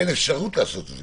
אין אפשרות לעשות את זה,